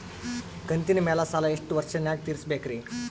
ಕಂತಿನ ಮ್ಯಾಲ ಸಾಲಾ ಎಷ್ಟ ವರ್ಷ ನ್ಯಾಗ ತೀರಸ ಬೇಕ್ರಿ?